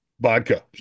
vodka